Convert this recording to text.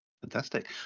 Fantastic